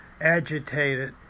agitated